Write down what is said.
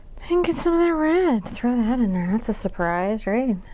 then get some of that red. throw that in there. that's a surprise, right?